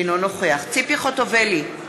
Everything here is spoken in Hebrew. אינו נוכח ציפי חוטובלי,